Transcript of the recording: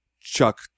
Chuck